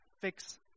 fix